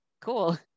Cool